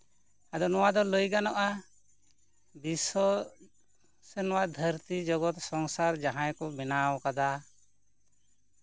ᱟᱫᱚ ᱱᱚᱣᱟ ᱫᱚ ᱞᱟᱹᱭ ᱜᱟᱱᱚᱜᱼᱟ ᱵᱤᱥᱥᱚ ᱥᱮ ᱱᱚᱣᱟ ᱫᱷᱟᱹᱨᱛᱤ ᱡᱚᱜᱚᱛ ᱥᱚᱝᱥᱟᱨ ᱡᱟᱦᱟᱸᱭ ᱠᱚ ᱵᱮᱱᱟᱣ ᱟᱠᱟᱫᱟ